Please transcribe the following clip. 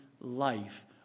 life